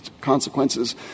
consequences